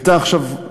הייתה עכשיו,